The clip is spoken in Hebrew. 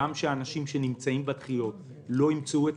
גם שהאנשים שנמצאים בדחיות לא ימצאו את